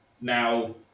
Now